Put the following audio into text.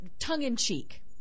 tongue-in-cheek